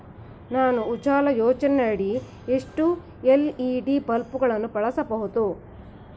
ನಾನು ಉಜಾಲ ಯೋಜನೆಯಡಿ ಎಷ್ಟು ಎಲ್.ಇ.ಡಿ ಬಲ್ಬ್ ಗಳನ್ನು ಬಳಸಬಹುದು?